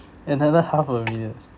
another half a million